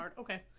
Okay